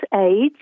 age